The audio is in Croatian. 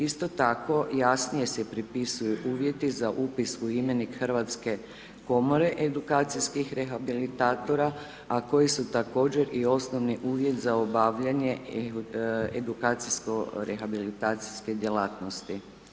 Isto tako jasnije se propisuju uvjeti za upis u imenik Hrvatske komore edukacijskih rehabilitatora a koji su također i osnovni uvjet za obavljanje edukacijsko rehabilitacije djelatnosti.